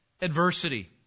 adversity